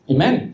Amen